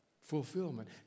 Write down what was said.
Fulfillment